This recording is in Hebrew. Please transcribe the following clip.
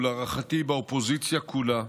ולהערכתי באופוזיציה כולה,